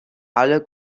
alle